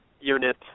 unit